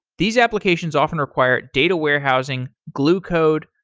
these applications often require data warehousing, glucode,